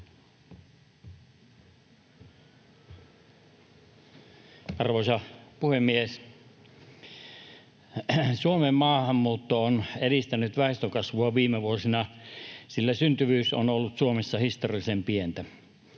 Arvoisa puhemies! Suomeen maahanmuutto on edistänyt väestönkasvua viime vuosina, sillä syntyvyys on ollut Suomessa historiallisen pientä.